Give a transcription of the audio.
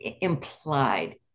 implied